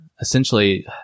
essentially